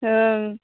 ओं